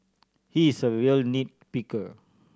he is a real nit picker